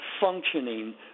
functioning